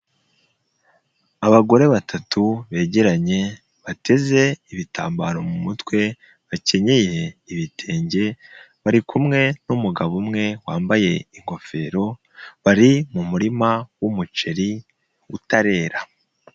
aAbagore batatu begeranye, bateze ibitambaro mu mutwe, bakenyeye ibitenge, bari kumwe numugabo umwe wambaye ingofero, bari mu murima w'umuceri, utarera.